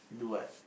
do what